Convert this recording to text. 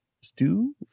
stew